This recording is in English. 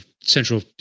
central